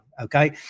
okay